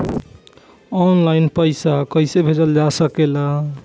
आन line पईसा कईसे भेजल जा सेकला?